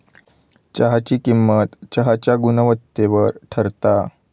चहाची किंमत चहाच्या गुणवत्तेवर ठरता